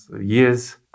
years